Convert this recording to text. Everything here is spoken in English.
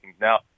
Now